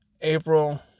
April